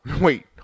wait